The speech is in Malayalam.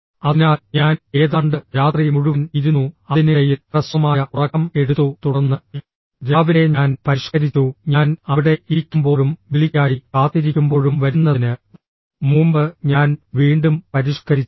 അതിനാൽ ഞാൻ ഏതാണ്ട് രാത്രി മുഴുവൻ ഇരുന്നു അതിനിടയിൽ ഹ്രസ്വമായ ഉറക്കം എടുത്തു തുടർന്ന് രാവിലെ ഞാൻ പരിഷ്കരിച്ചു ഞാൻ അവിടെ ഇരിക്കുമ്പോഴും വിളിക്കായി കാത്തിരിക്കുമ്പോഴും വരുന്നതിന് മുമ്പ് ഞാൻ വീണ്ടും പരിഷ്കരിച്ചു